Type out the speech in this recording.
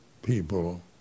people